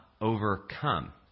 overcome